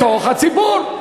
בתוך הציבור.